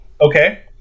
okay